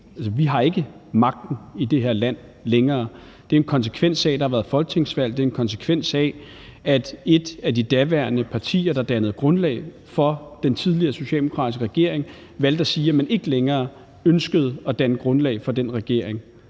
Vi har ikke magten i det her land længere. Det er en konsekvens af, at der har været folketingsvalg. Det er en konsekvens af, at et af de daværende partier, der dannede grundlag for den tidligere socialdemokratiske regering, valgte at sige, at man ikke længere ønskede at danne grundlag for den regering.